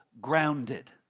grounded